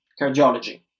cardiology